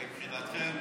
מבחינתכם,